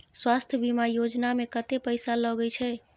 स्वास्थ बीमा योजना में कत्ते पैसा लगय छै?